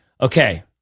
okay